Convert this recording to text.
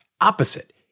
opposite